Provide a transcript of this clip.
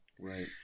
Right